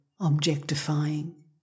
objectifying